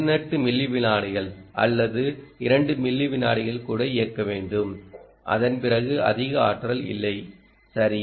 8 milli விநாடிகள் அல்லது 2 milli விநாடிகள் கூட இயக்க வேண்டும் அதன்பிறகு அதிக ஆற்றல் இல்லை சரியா